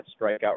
strikeout